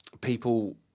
people